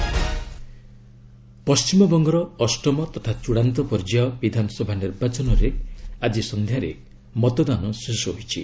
WB election ପଶ୍ଚିମବଙ୍ଗର ଅଷ୍ଟମ ତଥା ଚୂଡ଼ାନ୍ତ ପର୍ଯ୍ୟାୟ ବିଧାନସଭା ନିର୍ବାଚନରେ ଆଜି ସନ୍ଧ୍ୟାରେ ମତଦାନ ଶେଷ ହୋଇଛି